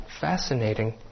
fascinating